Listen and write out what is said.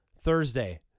Thursday